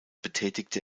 betätigte